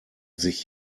sich